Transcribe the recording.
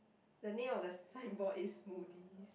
the name of the signboard is Moody's